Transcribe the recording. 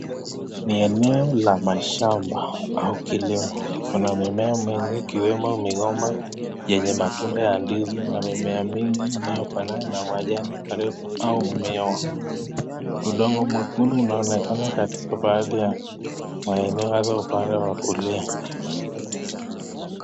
Ni eneo la mashamba au kilimo Kuna mimea mingi ikiwemo milema ya matunda ya ndizi na mimea mingi inayofanana na majani au miwa, udongo mwekundu inaonekana katika Baadhi ya maeneo hasa upande wa kulia.